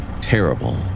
terrible